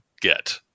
get